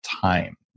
time